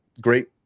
great